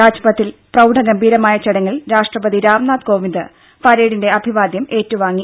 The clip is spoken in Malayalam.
രാജ്പഥിൽ പ്രൌഢഗംഭീരമായ ചടങ്ങിൽ രാഷ്ട്രപതി രാംനാഥ് കോവിന്ദ് പരേഡിന്റെ അഭിവാദ്യം ഏറ്റുവാങ്ങി